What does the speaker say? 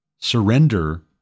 surrender